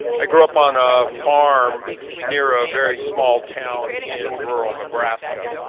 i grew up on a farm near a very small town in rural nebraska.